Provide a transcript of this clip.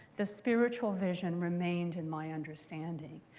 the spiritual vision remained in my understanding.